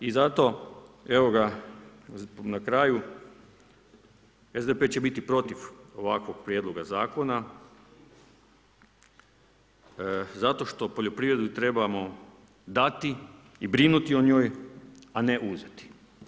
I zato evo na kraju, SDP će biti protiv ovakvog prijedloga zakona zato što poljoprivredu trebamo dati i brinuti o njoj, a ne uzeti.